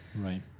Right